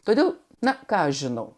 todėl na ką aš žinau